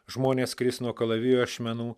žmonės kris nuo kalavijo ašmenų